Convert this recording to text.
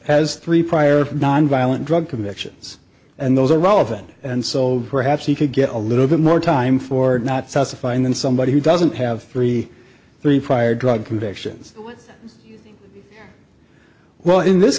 has three prior nonviolent drug convictions and those are relevant and so perhaps he could get a little bit more time for not satisfying than somebody who doesn't have three three prior drug convictions well in this